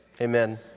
amen